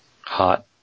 Hot